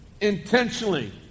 intentionally